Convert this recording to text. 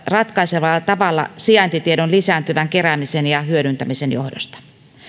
ratkaisevalla tavalla sijaintitiedon lisääntyvän keräämisen ja hyödyntämisen johdosta